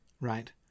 right